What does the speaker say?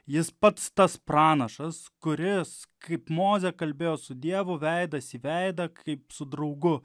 jis pats tas pranašas kuris kaip mozė kalbėjo su dievu veidas į veidą kaip su draugu